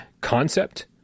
concept